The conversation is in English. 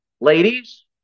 Ladies